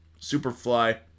Superfly